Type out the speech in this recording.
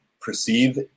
perceive